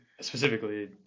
Specifically